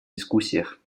дискуссиях